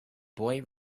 boy